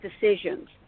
decisions